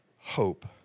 hope